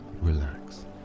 relax